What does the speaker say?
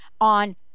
On